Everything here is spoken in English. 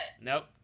Nope